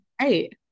right